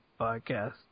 podcast